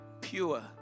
Pure